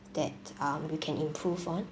that um we can improve on